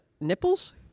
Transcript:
nipples